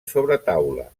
sobretaula